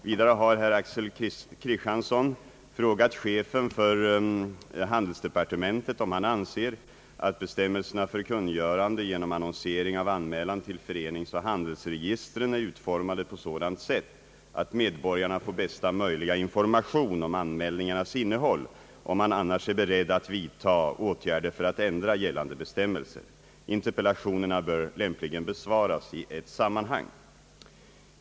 Vidare har herr Axel Kristiansson frågat chefen för handelsdepartementet om han anser att bestämmelserna för kungörande genom annonsering av anmälan till föreningsoch handelsregistren är utformade på sådant sätt att medborgarna får bästa möjliga information om anmälningarnas innehåll och om han annars är beredd att vidta åtgärder för att ändra gällande bestämmelser. Interpellationerna bör lämpligen besvaras 1 ett sammanhang.